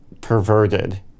perverted